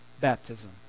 baptism